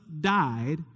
died